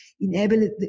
enable